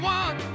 one